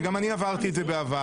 וגם אני עברתי את זה בעבר,